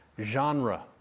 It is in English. genre